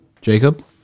jacob